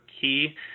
key